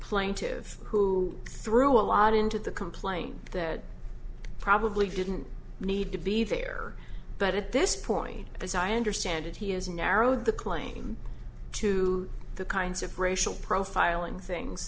plaintive who threw a lot into the complain that probably didn't need to be there but at this point as i understand it he has narrowed the claim to the kinds of racial profiling things